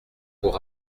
pour